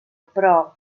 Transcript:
però